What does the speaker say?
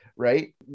Right